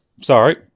Sorry